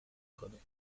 کنید